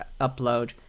upload